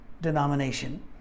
denomination